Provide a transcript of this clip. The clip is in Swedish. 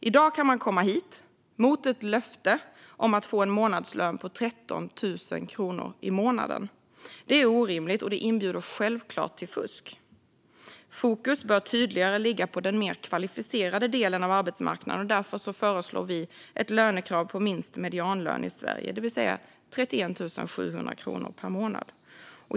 I dag kan man komma hit mot ett löfte om att få en månadslön på 13 000 kronor i månaden. Detta är orimligt, och det inbjuder självklart till fusk. Fokus bör tydligare ligga på den mer kvalificerade delen av arbetsmarknaden. Därför föreslår vi ett lönekrav på minst medianlönen i Sverige, det vill säga 31 700 kronor per månad.